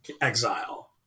exile